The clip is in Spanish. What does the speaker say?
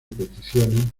peticiones